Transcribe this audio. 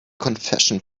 confession